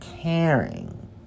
caring